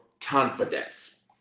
confidence